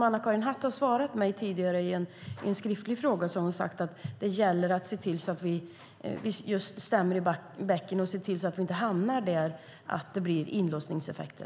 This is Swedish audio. Anna-Karin Hatt har tidigare svarat på en skriftlig fråga från mig och sagt att det gäller att stämma i bäcken och se till att vi inte får inlåsningseffekter.